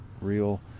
real